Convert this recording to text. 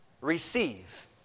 Receive